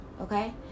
Okay